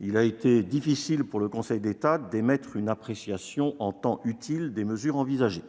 il a été difficile pour le Conseil d'État d'émettre en temps utile une appréciation des mesures envisagées.